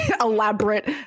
elaborate